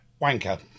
wanker